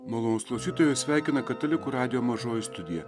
malonūs klausytojai jus sveikina katalikų radijo mažoji studija